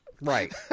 right